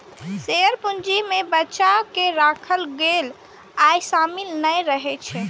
share पूंजी मे बचा कें राखल गेल आय शामिल नहि रहै छै